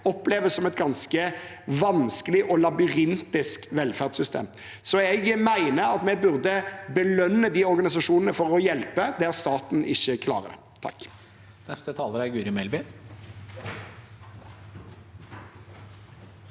oppleves som et ganske vanskelig og labyrintisk velferdssystem. Jeg mener at vi burde belønne de organisasjonene for å hjelpe der staten ikke klarer. Guri